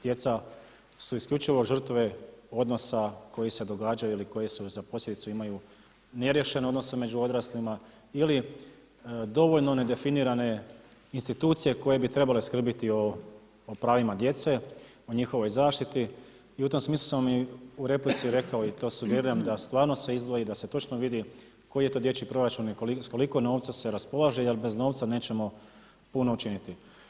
Djeca su isključive žrtve odnosa koji se događaju ili koji za posljedicu imaju neriješene odnose među odraslima ili dovoljno nedefinirane institucije koje bi trebale skrbiti o pravima djece, o njihovom zaštiti i u tom smislu sam i u replici rekao i to sugeriram da stvarno se izdvoji, da se točno vidi koji je to dječji proračun i s koliko novca se raspolaže jer bez novca nećemo puno učiniti.